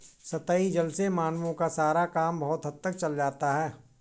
सतही जल से मानवों का सारा काम बहुत हद तक चल जाता है